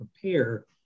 prepare